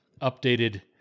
updated